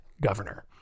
governor